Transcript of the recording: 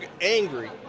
angry